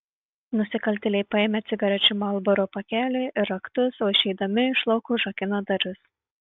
nusikaltėliai paėmė cigarečių marlboro pakelį ir raktus o išeidami iš lauko užrakino duris